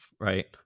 right